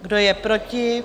Kdo je proti?